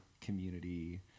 community